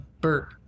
Bert